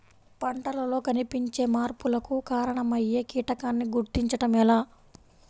పంటలలో కనిపించే మార్పులకు కారణమయ్యే కీటకాన్ని గుర్తుంచటం ఎలా?